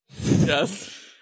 Yes